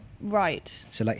Right